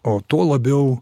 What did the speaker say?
o tuo labiau